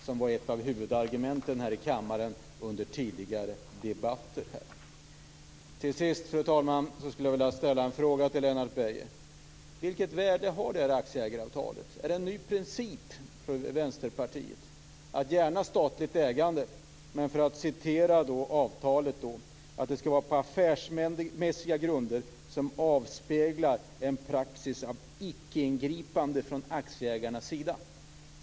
Det var ett av huvudargumenten här i kammaren under tidigare debatter. Till sist, fru talman, skulle jag vilja fråga Lennart Beijer: Vilket värde har det här aktieägaravtalet? Är det en ny princip för Vänsterpartiet att det gärna får vara statligt ägande men, för att återge vad som står i avtalet, att det skall vara på affärsmässiga grunder som avspeglar en praxis av icke-ingripande från aktieägarnas sida?